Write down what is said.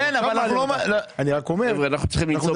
קודם כל אני חושב